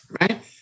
Right